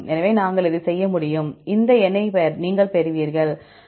எனவே நாங்கள் இதை செய்ய முடியும் இந்த எண்ணை நீங்கள் பெறுவீர்கள்